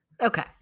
Okay